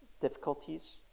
difficulties